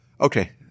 okay